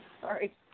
Sorry